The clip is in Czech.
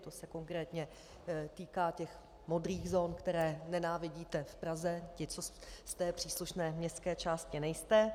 To se konkrétně týká těch modrých zón, které nenávidíte v Praze, ti, co z příslušné městské části nejste.